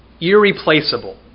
irreplaceable